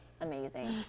amazing